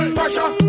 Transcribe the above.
pressure